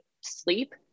sleep